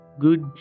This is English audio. Good